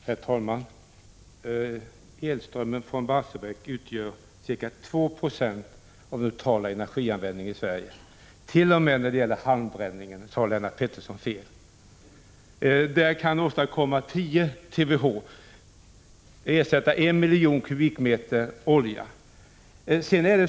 Herr talman! Elströmmen från Barsebäck utgör ca 2 90 av den totala energianvändningen i Sverige. T. o. m. när det gäller halmbränningen har Lennart Pettersson fel: den kan åstadkomma 10 TWh och ersätta 1 miljon kubikmeter olja.